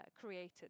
created